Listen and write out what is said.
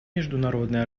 международная